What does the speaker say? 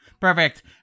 Perfect